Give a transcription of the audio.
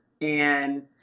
And-